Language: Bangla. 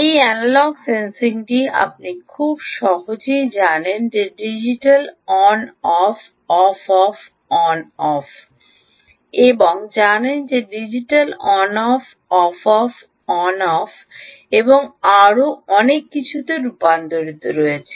এই অ্যানালগ সেন্সিংটি আপনি খুব সহজেই জানেন যে digital on off off off on off Digital on off on off on offএবং আরও অনেক কিছুতে রূপান্তরিত হয়েছে